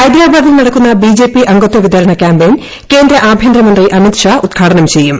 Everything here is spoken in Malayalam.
ഹൈദരാബാദിൽ നടക്കുന്ന ബി ജെ പി അംഗത്വ വിതരണ ക്യാമ്പയിൻ കേന്ദ്ര ആഭ്യന്തരമന്ത്രി അമിത് ഷാ ഉദ്ഘാടനം ചെയ്യും